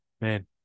Man